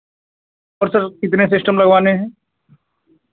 और सर कितने सिस्टम लगवाने हैं